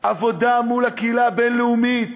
עבודה מול הקהילה הבין-לאומית,